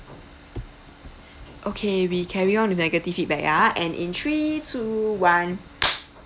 okay we carry on with negative feedback ah and in three two one